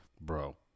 bro